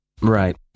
Right